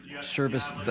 service